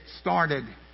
started